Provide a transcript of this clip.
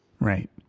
Right